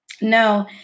No